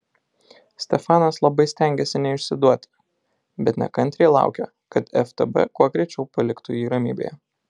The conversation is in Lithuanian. stefanas labai stengėsi neišsiduoti bet nekantriai laukė kad ftb kuo greičiau paliktų jį ramybėje